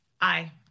Aye